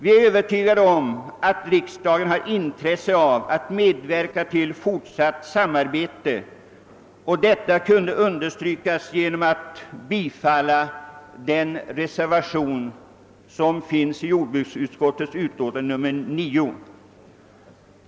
Vi är övertygade om att riksdagen har intresse av att medverka till fortsatt samarbete. Detta skulle kunna understrykas genom bifall till den reservation som finns i jordbruksutskottets utlåtande nr 9.